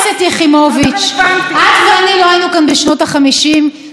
את ואני לא היינו כאן בשנות ה-50 כשהחליטו על פשרת הררי.